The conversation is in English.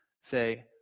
Say